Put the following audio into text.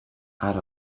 out